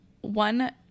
one